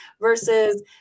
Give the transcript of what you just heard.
versus